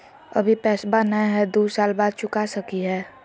अभि पैसबा नय हय, दू साल बाद चुका सकी हय?